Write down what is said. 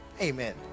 Amen